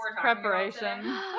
Preparation